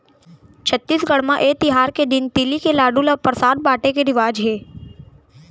छत्तीसगढ़ म ए तिहार के दिन तिली के लाडू ल परसाद बाटे के रिवाज हे